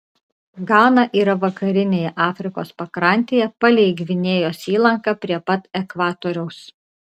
gana yra vakarinėje afrikos pakrantėje palei gvinėjos įlanką prie pat ekvatoriaus